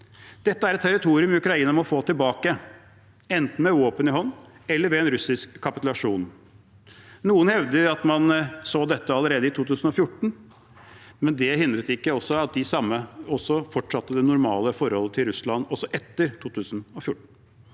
Dette er et territorium Ukraina må få tilbake, enten med våpen i hånd eller ved en russisk kapitulasjon. Noen hevder at man så dette allerede i 2014, men det hindret ikke at de samme fortsatte det normale forhold til Russland også etter 2014.